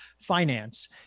finance